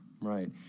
Right